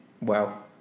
Wow